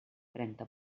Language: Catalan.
trenta